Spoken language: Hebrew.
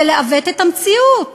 זה לעוות את המציאות,